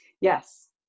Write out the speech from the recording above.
Yes